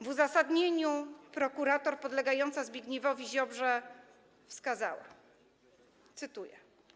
W uzasadnieniu prokurator podlegająca Zbigniewowi Ziobrze wskazała - cytuję: